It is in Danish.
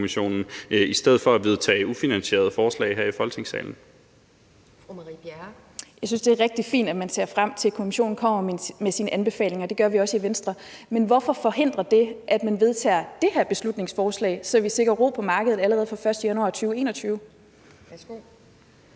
Bjerre. Kl. 14:26 Marie Bjerre (V): Jeg synes, det rigtig fint, at man ser frem til, at kommissionen kommer med sine anbefalinger – det gør vi også i Venstre. Men hvorfor forhindrer det, at man vedtager det her beslutningsforslag, som gør, at vi sikrer ro på markedet allerede fra 1. januar 2021?